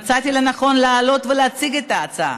מצאתי לנכון לעלות ולהציג את ההצעה,